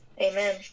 Amen